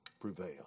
prevail